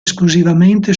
esclusivamente